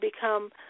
become